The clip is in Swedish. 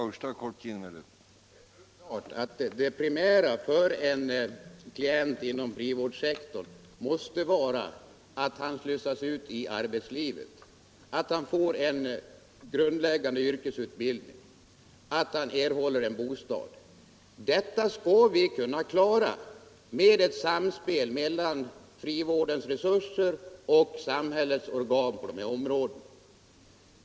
Herr talman! Det är fullt klart att det primära för en klient inom frivårdssektorn måste vara att slussas ut i arbetslivet, att få en grundläggande yrkesutbildning, att erhålla en bostad. Detta skall vi kunna klara med ett samspel mellan frivårdens resurser och samhällets organ på de här områdena.